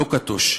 לוקטוש,